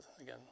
Again